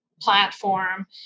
platform